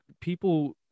people